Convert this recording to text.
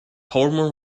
hormone